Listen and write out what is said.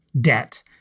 debt